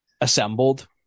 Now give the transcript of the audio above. assembled